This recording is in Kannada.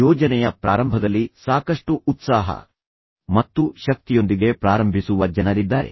ಯೋಜನೆಯ ಪ್ರಾರಂಭದಲ್ಲಿ ಸಾಕಷ್ಟು ಉತ್ಸಾಹ ಮತ್ತು ಶಕ್ತಿಯೊಂದಿಗೆ ಪ್ರಾರಂಭಿಸುವ ಜನರಿದ್ದಾರೆ